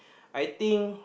I think